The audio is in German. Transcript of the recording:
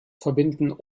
verbinden